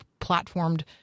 platformed